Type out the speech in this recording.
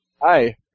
Hi